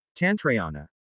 Tantrayana